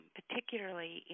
particularly